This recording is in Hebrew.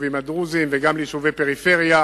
ליישובים הדרוזיים וגם ליישובי פריפריה,